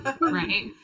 Right